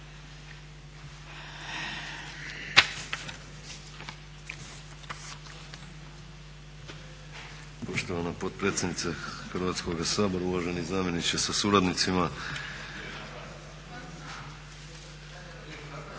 Poštovana potpredsjednice Hrvatskoga sabora, uvaženi zamjeniče sa suradnicima.